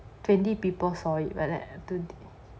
twenty people saw it like that today